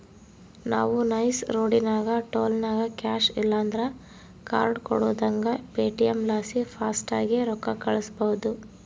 ನಾವು ನೈಸ್ ರೋಡಿನಾಗ ಟೋಲ್ನಾಗ ಕ್ಯಾಶ್ ಇಲ್ಲಂದ್ರ ಕಾರ್ಡ್ ಕೊಡುದಂಗ ಪೇಟಿಎಂ ಲಾಸಿ ಫಾಸ್ಟಾಗ್ಗೆ ರೊಕ್ಕ ಕಳ್ಸ್ಬಹುದು